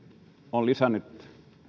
on lisännyt